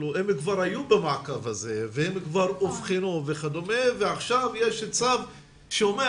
הם כבר היו במעקב הזה והם כבר אובחנו וכדומה ועכשיו יש צו שאומר,